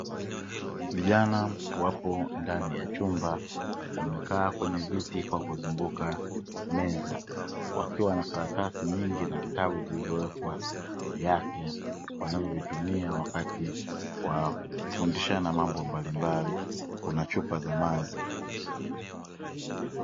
Vijana wapo ndani ya chumba wamekaa kwenye viti kwa kuzunguka meza, wakiwa na karatasi nyingi na vitabu vilivyowekwa kiafya wanavyovitumia wakati wa kufundishana mambo mbalimbali; kuna chupa za maji.